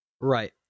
Right